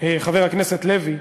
חבר הכנסת לוי,